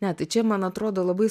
ne tai čia man atrodo labai